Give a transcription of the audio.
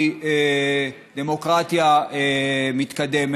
הדמוקרטיה שלנו